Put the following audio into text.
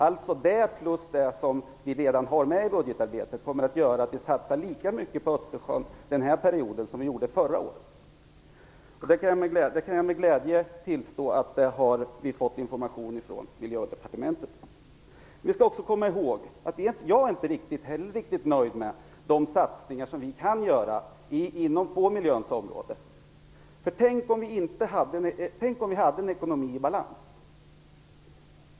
Dessa pengar plus det som vi redan har med i budgetarbetet kommer att göra att vi satsar lika mycket på Östersjön den här perioden som tidigare. Det kan jag med glädje tillstå att vi har fått information om från Miljödepartementet. Vi skall också komma ihåg att jag inte heller är riktigt nöjd med satsningarna på miljöns område. Tänk om vi hade en ekonomi i balans!